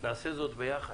נעשה זאת ביחד.